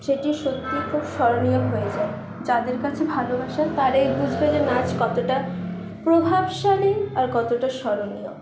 সেটি সত্যি খুব স্মরণীয় হয়ে যায় যাদের কাছে ভালোবাসা তারাই বুঝবে যে নাচ কতটা প্রভাবশালী আর কতটা স্মরণীয়